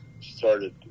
started